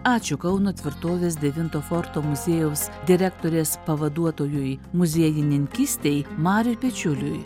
ačiū kauno tvirtovės devinto forto muziejaus direktorės pavaduotojui muziejininkystei mariui pečiuliui